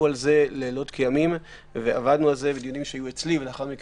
על זה לילות כימים בדיונים שהיו אצלי ולאחר מכן,